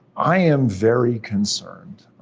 i am very concerned.